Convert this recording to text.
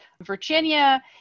Virginia